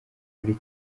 muri